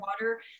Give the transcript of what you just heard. water